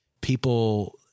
people